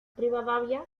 rivadavia